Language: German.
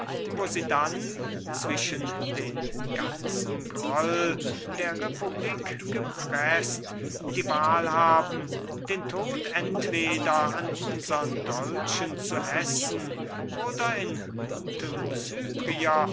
wo sie dann zwischen den ganzen groll der republik gepreßt die wahl haben den tod entweder an unsern dolchen zu essen oder in gutem